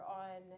on